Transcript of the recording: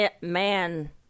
man